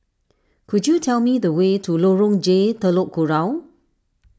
could you tell me the way to Lorong J Telok Kurau